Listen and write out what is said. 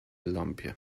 lampie